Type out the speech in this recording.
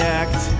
act